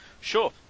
sure